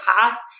past